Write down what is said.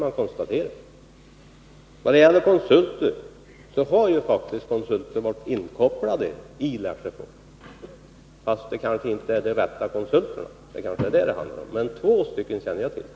Vad sedan beträffar konsulter har faktiskt sådana varit inkopplade i Lesjöfors, fastän det kanske inte var de rätta konsulterna. Det är måhända detta det handlar om. Men två konsulter känner jag till.